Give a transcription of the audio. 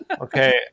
Okay